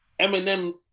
Eminem